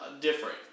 different